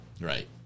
Right